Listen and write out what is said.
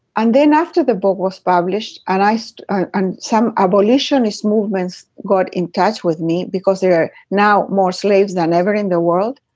and then after the book was published and i so asked and some abolitionist movements, got in touch with me because there are now more slaves than ever in the world.